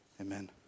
Amen